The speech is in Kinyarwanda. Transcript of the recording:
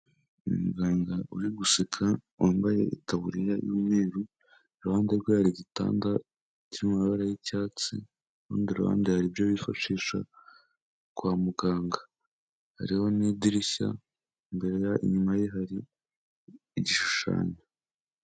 Umuganga uri guseka wambaye itaburiya y'umweru, i ruhande rwe hari igitanda cy'amabara y'icyatsi urundi ruhande hari ibyo yifashisha kwa muganga, hariho n'idirishya imbere inyuma ye hari igishushanyo.